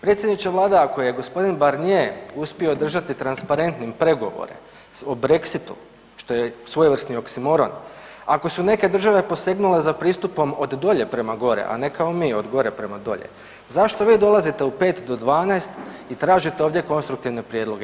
Predsjedniče Vlade, ako je g. Barnier uspio održati transparentnim pregovore o Brexitu, što je svojevrsni oksimoron, ako su neke države posegnule za pristupom od dolje prema gore, a ne kao mi, od gore prema dolje, zašto vi dolazite u 5 do 12 i tražite ovdje konstruktivne prijedloge.